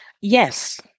Yes